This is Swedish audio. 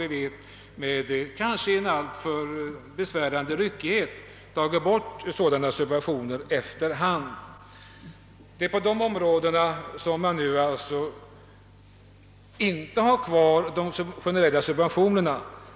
Nu har vi, kanske med en alltför besvärande ryckighet, efter hand tagit bort dessa subventioner.